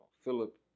philip